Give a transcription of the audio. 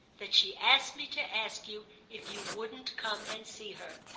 that she asked me to ask you if you wouldn't come and see her.